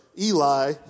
Eli